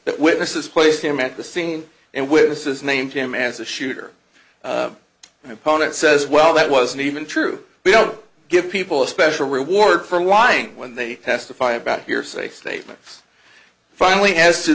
that witnesses placed him at the scene and witnesses named him as the shooter opponent says well that wasn't even true we don't give people a special reward for why when they testify about hearsay statements finally as to